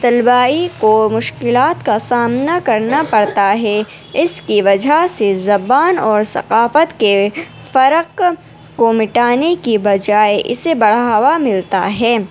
طلبائی کو مشکلات کا سامنا کرنا پڑتا ہے اس کی وجہ سے زبان اور ثقافت کے فرق کو مٹانے کی بجائے اسے بڑھاوا ملتا ہے